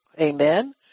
Amen